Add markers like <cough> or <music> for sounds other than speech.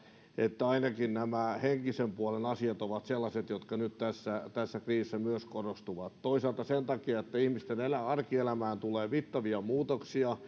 että ainakin nämä henkisen puolen asiat ovat sellaisia jotka nyt tässä tässä kriisissä myös korostuvat toisaalta sen takia että ihmisten arkielämään tulee mittavia muutoksia <unintelligible>